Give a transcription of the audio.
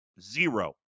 Zero